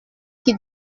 qui